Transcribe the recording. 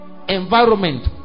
environment